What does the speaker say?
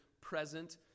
present